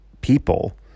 people